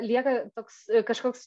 lieka toks kažkoks